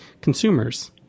consumers